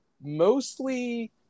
mostly